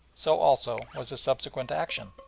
so also was his subsequent action.